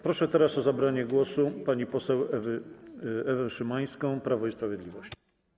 Proszę teraz o zabranie głosu panią poseł Ewę Szymańską, Prawo i Sprawiedliwość.